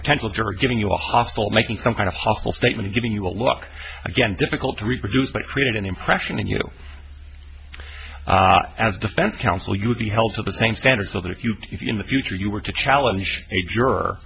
potential juror giving you a hostile making some kind of hostile statement giving you a look again difficult to reproduce but create an impression and you know as defense counsel you would be held to the same standard so that if you if you in the future you were to challenge a juror